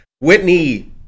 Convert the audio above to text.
Whitney